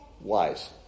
wise